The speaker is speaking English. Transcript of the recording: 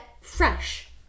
fresh